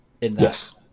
Yes